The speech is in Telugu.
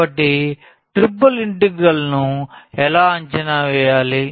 కాబట్టి ట్రిపుల్ ఇంటిగ్రల్ను ఎలా అంచనా వేయాలి